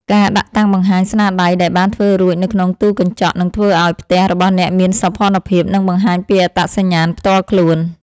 ការដាក់តាំងបង្ហាញស្នាដៃដែលបានធ្វើរួចនៅក្នុងទូកញ្ចក់នឹងធ្វើឱ្យផ្ទះរបស់អ្នកមានសោភ័ណភាព និងបង្ហាញពីអត្តសញ្ញាណផ្ទាល់ខ្លួន។